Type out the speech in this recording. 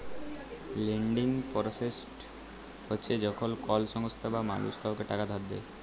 lending process হছে যখল কল সংস্থা বা মালুস কাউকে টাকা ধার দেঁই